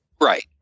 Right